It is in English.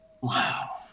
Wow